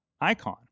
icon